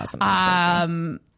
awesome